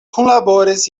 kunlaboris